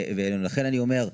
ולכן אני אומר.